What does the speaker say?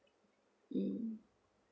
mm